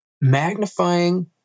magnifying